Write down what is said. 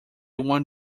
won